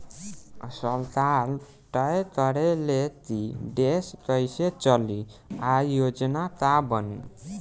सरकार तय करे ले की देश कइसे चली आ योजना का बनी